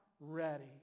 ready